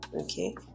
okay